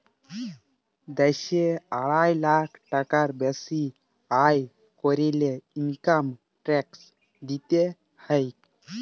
দ্যাশে আড়াই লাখ টাকার বেসি আয় ক্যরলে ইলকাম ট্যাক্স দিতে হ্যয়